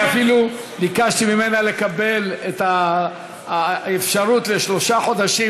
אפילו ביקשתי ממנה לקבל את האפשרות לשלושה חודשים,